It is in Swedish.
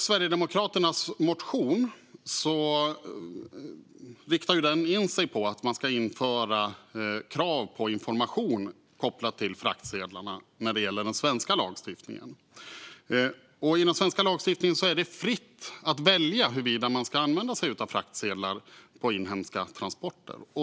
Sverigedemokraternas motion riktar in sig på att införa krav på information kopplat till fraktsedlarna när det gäller den svenska lagstiftningen. I den svenska lagstiftningen är det fritt att välja huruvida man ska använda sig av fraktsedlar på inhemska transporter.